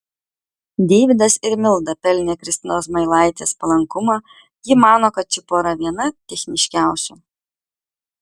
deividas ir milda pelnė kristinos zmailaitės palankumą ji mano kad ši pora viena techniškiausių